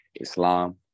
Islam